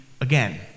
again